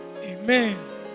Amen